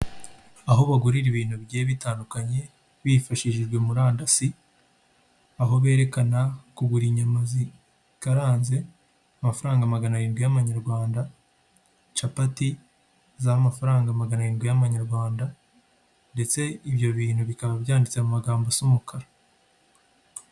Aho bagurira ibintu bigiye bitandukanye bifashishijwe murandasi, aho berekana kugura inyama zikaranze amafaranga magana arindwi y'abanyarwanda, capati z'amafaranga magana arindwi y'amanyarwanda ndetse ibyo bintu bikaba byanditse mu amagambo asa umukara.